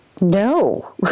No